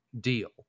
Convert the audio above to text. deal